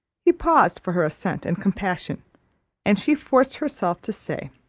he paused for her assent and compassion and she forced herself to say,